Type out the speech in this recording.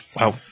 Wow